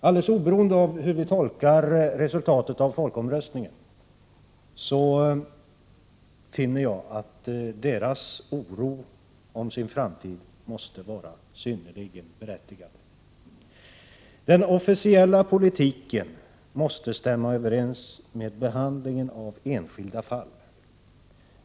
Alldeles oberoende av hur vi tolkar resultatet av folkomröstningen finner jag att dessa personers oro över sin framtid måste vara synnerligen berättigad. Den officiella politiken måste stämma överens med behandlingen av enskilda fall.